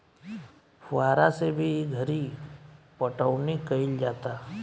फुहारा से भी ई घरी पटौनी कईल जाता